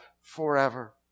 forever